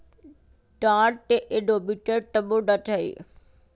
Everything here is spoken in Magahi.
गाहक के एगो विशेष समूह लक्ष हई